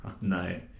No